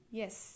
yes